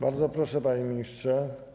Bardzo proszę, panie ministrze.